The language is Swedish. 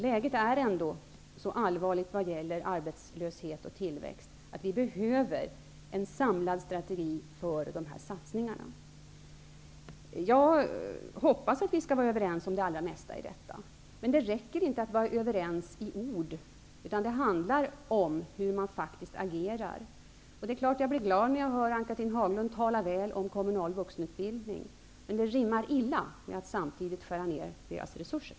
Läget är så allvarligt när det gäller arbetslöshet och tillväxt att vi behöver en samlad strategi för dessa satsningar. Jag hoppas att vi skall vara överens om det allra mesta i detta, men det räcker inte att vara överens i ord. Det handlar om hur man faktiskt agerar. Jag blir glad när jag hör Ann-Cathrine Haglund tala väl om kommunal vuxenutbildning. Men det rimmar illa att samtidigt skära ner deras resurser.